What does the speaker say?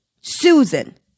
Susan